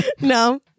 no